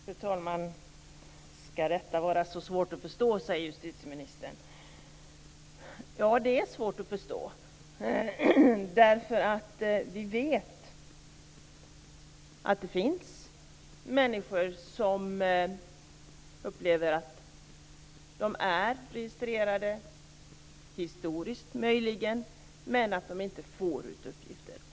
Fru talman! Ska detta vara så svårt att förstå? säger justitieministern. Ja, det är svårt att förstå. Vi vet ju att det finns människor som upplever att de är registrerade, historiskt möjligen, men inte får ut uppgifter.